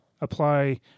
apply